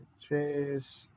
Chase